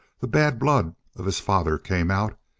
the bad blood of his father came out,